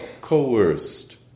coerced